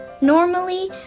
Normally